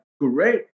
great